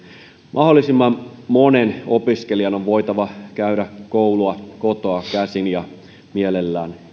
mahdollisimman monen opiskelijan on voitava käydä koulua kotoa käsin ja mielellään